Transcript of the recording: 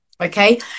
Okay